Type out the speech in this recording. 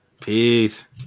Peace